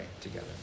together